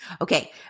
Okay